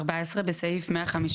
אסף היה לפניך.